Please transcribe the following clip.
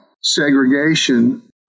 segregation